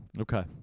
okay